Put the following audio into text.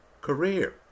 career